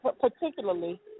particularly